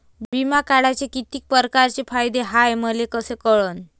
बिमा काढाचे कितीक परकारचे फायदे हाय मले कस कळन?